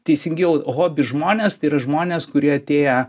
teisingiau hobi žmonės tai yra žmonės kurie atėję